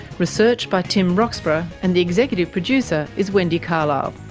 research by tim roxburgh, and the executive producer is wendy carlisle,